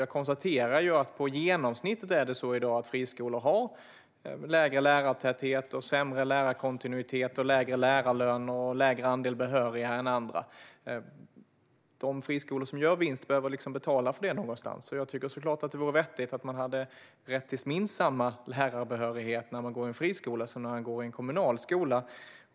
Jag konstaterar att i genomsnitt är det så i dag att friskolor har lägre lärartäthet, sämre lärarkontinuitet, lägre lärarlöner och lägre andel behöriga lärare än andra skolor. De friskolor som gör vinst behöver ju betala för det någonstans. Det vettigaste vore givetvis att man hade rätt till minst samma lärarbehörighet när man går i en friskola som när man går i en kommunal skola.